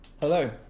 Hello